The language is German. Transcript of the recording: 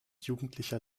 jugendlicher